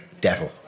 devil